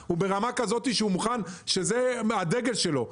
הוא מוכן שזו תהיה ספינת הדגל שלו,